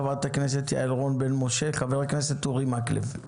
חבר הכנסת אורי מקלב.